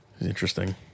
Interesting